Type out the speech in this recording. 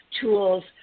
tools